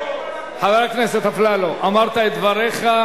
ניצחון נגד אלה, חבר הכנסת אפללו, אמרת את דבריך.